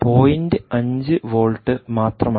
5 volt മാത്രമാണ്